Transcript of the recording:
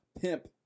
pimp